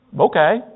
Okay